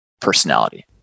personality